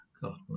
God